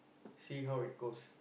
see how it goes